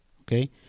okay